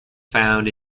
found